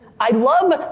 i love,